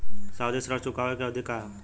सावधि ऋण चुकावे के अवधि का ह?